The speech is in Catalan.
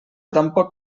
tampoc